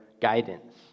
guidance